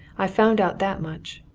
i've found out that much.